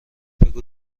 بگو